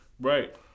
Right